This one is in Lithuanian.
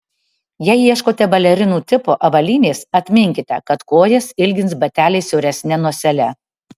jei ieškote balerinų tipo avalynės atminkite kad kojas ilgins bateliai siauresne nosele